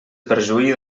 perjuí